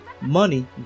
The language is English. money